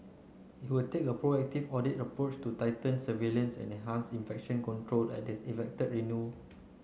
it will take a proactive audit approach to tighten surveillance and enhance infection control at the renal